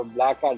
Black